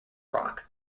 rock